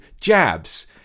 jabs